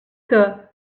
que